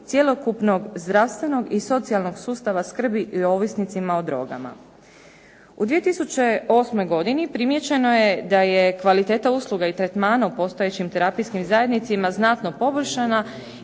U 2008. godini primjećeno je da je kvaliteta usluga i tretmana u postojećim terapijskim zajednicama znatno poboljšana